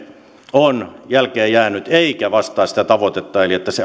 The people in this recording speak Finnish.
on jälkeenjäänyt eikä vastaa sitä tavoitetta eli että se